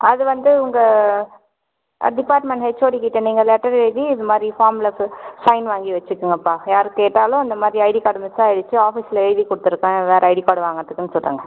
அது வந்து உங்கள் டிபார்ட்மென்ட் ஹெச்சோடி கிட்டே நீங்கள் லெட்டர் எழுதி இது மாதிரி ஃபார்மில் சைன் வாங்கி வச்சுக்குங்கபா யார் கேட்டாலும் இந்த மாதிரி ஐடி கார்டு மிஸ் ஆகிடுச்சு ஆஃபிஸில் எழுதி கொடுத்துருக்க வேறு ஐடி கார்டு வாங்கிறதுக்குன்னு சொல்லுங்கள்